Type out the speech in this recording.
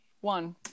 one